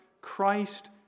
Christ